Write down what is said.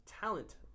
talent